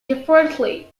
differently